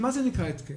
מה זה נקרא התקן?